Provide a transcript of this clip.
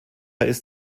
ist